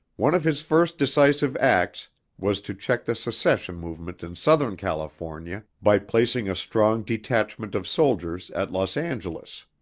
one of his first decisive acts was to check the secession movement in southern california by placing a strong detachment of soldiers at los angeles.